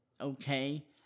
okay